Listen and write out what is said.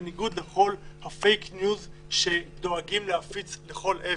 בניגוד לכל הפייק-ניוז שדואגים להפיץ לכל עבר.